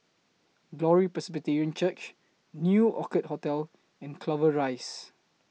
Glory Presbyterian Church New Orchid Hotel and Clover Rise